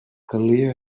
calia